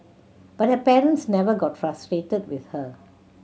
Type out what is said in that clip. but her parents never got frustrated with her